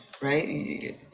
right